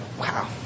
wow